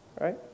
right